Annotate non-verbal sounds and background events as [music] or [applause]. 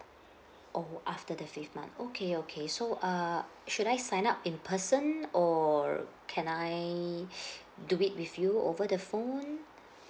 oh after the fifth month okay okay so err should I sign up in person or can I [breath] do it with you over the phone